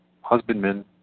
husbandmen